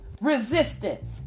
resistance